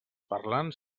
parlants